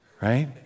Right